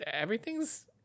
Everything's